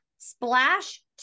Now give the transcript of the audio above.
Splash